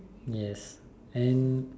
yes and